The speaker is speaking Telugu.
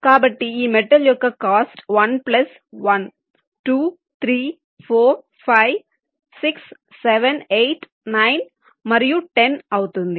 కాబట్టి ఈ మెటల్ యొక్క కాస్ట్ 1 ప్లస్ 1 2 3 4 5 6 7 8 9 మరియు 10 అవుతుంది